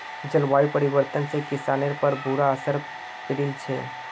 जलवायु परिवर्तन से किसानिर पर बुरा असर पौड़ील छे